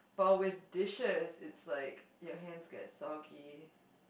but with dishes it's like your hands get soggy